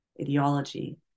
ideology